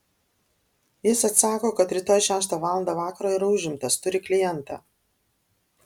jis atsako kad rytoj šeštą valandą vakaro yra užimtas turi klientą